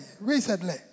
recently